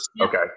Okay